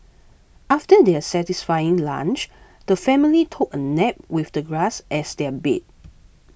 after their satisfying lunch the family took a nap with the grass as their bed